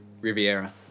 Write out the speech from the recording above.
Riviera